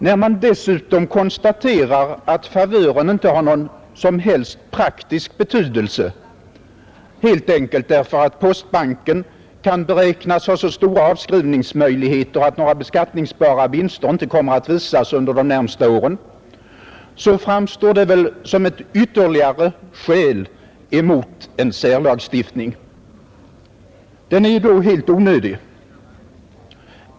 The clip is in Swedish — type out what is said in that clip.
När man dessutom konstaterar att favören inte har någon som helst praktisk betydelse, helt enkelt därför att postbanken kan beräknas ha så stora avskrivningsmöjligheter att några beskattningsbara vinster inte kommer att visas under de närmaste åren, framstår det väl som ett ytterligare skäl emot en särlagstiftning. Den ter sig då helt onödig.